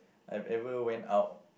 I've ever went out